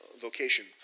vocation